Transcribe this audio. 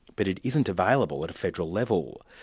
but it isn't available at a federal level.